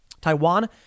Taiwan